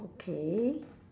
okay